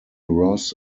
ross